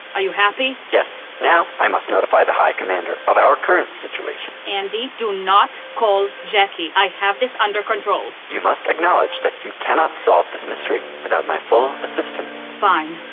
are you happy? yes. now i must notify the high commander of our current situation andi, do not call jacki. i have this under control! you must acknowledge that you cannot solve this mystery without my full assistance fine.